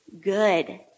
good